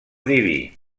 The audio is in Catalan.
diví